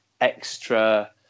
extra